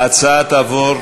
ההצעה תעבור,